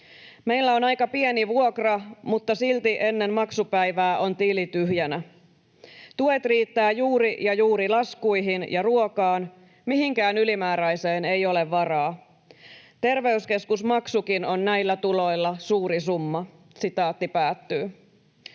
Meillä on aika pieni vuokra, mutta silti ennen maksupäivää on tili tyhjänä. Tuet riittää juuri ja juuri laskuihin ja ruokaan, mihinkään ylimääräiseen ei ole varaa. Terveyskeskusmaksukin on näillä tuloilla suuri summa.” ”Olisi entistä